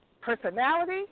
personality